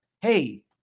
hey